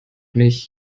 nicht